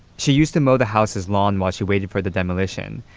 she used to mow the house's lawn while she waited for the demolition.